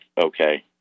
okay